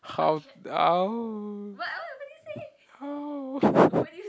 how how how